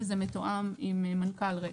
וזה מתואם עם מנכ"ל רש"ת.